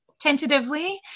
tentatively